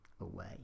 away